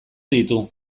ditu